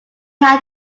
had